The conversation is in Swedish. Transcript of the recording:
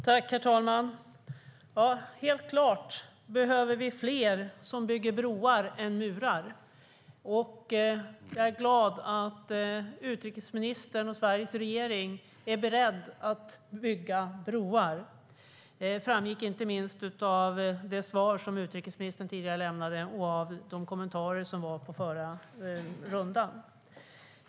Herr talman! Helt klart behöver vi fler som bygger broar i stället för murar. Jag är glad att utrikesministern och Sveriges regering är beredda att bygga broar. Det framgick inte minst av det svar som utrikesministern lämnade och av de tidigare inläggen.